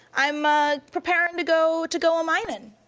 i'm ah preparin' to go, to go a-minin'.